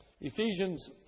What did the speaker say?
Ephesians